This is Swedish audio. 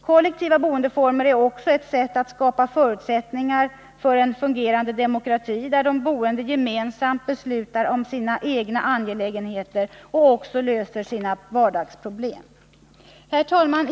Kollektiva boendeformer är också ett sätt att skapa förutsättningar för en fungerande demokrati, där de boende gemensamt beslutar om sina angelägenheter och även löser sina vardagsproblem. Herr talman!